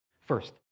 First